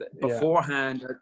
beforehand